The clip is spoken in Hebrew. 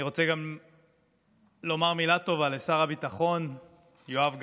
אני רוצה גם לומר מילה טובה לשר הביטחון יואב גלנט,